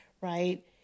right